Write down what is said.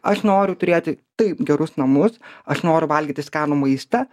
aš noriu turėti taip gerus namus aš noriu valgyti skanų maistą